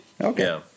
Okay